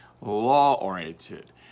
law-oriented